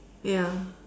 ya